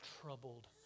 troubled